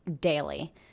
daily